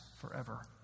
forever